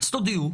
אז תודיעו.